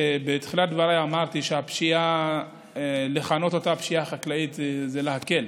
שבתחילת דבריי אמרתי שלכנות את זה "פשיעה חקלאית" זה להקל.